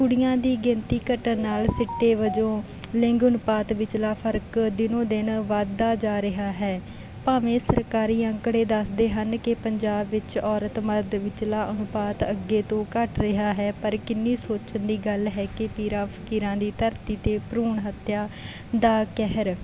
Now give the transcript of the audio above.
ਕੁੜੀਆਂ ਦੀ ਗਿਣਤੀ ਘੱਟਣ ਨਾਲ ਸਿੱਟੇ ਵੱਜੋਂ ਲਿੰਗ ਅਨੁਪਾਤ ਵਿਚਲਾ ਫਰਕ ਦਿਨੋ ਦਿਨ ਵੱਧਦਾ ਜਾ ਰਿਹਾ ਹੈ ਭਾਵੇਂ ਸਰਕਾਰੀ ਅੰਕੜੇ ਦੱਸਦੇ ਹਨ ਕਿ ਪੰਜਾਬ ਵਿੱਚ ਔਰਤ ਮਰਦ ਵਿਚਲਾ ਅਨੁਪਾਤ ਅੱਗੇ ਤੋਂ ਘੱਟ ਰਿਹਾ ਹੈ ਪਰ ਕਿੰਨੀ ਸੋਚਣ ਦੀ ਗੱਲ ਹੈ ਕਿ ਪੀਰਾਂ ਫਕੀਰਾਂ ਦੀ ਧਰਤੀ 'ਤੇ ਭਰੂਣ ਹੱਤਿਆ ਦਾ ਕਹਿਰ